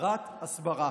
שרת הסברה,